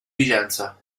vicenza